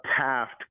taft